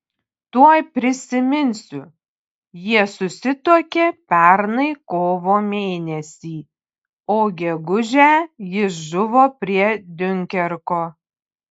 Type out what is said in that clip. tuoj prisiminsiu jie susituokė pernai kovo mėnesį o gegužę jis žuvo prie diunkerko